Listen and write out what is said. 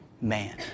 man